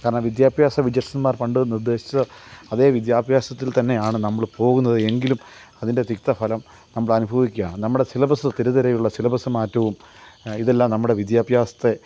കാരണം വിദ്യാഭ്യാസ വിജഷന്മാർ പണ്ട് നിര്ദേശിച്ച അതേ വിദ്യാഭ്യാസത്തില് തന്നെയാണ് നമ്മൾ പോകുന്നത് എങ്കിലും അതിന്റെ തിക്തഫലം നമ്മളനുഭവിക്കുകയാണ് നമ്മുടെ സിലബസ് തെരുതെരെയുള്ള സിലബസ് മാറ്റവും ഇതെല്ലാം നമ്മുടെ വിദ്യാഭ്യാസത്തെ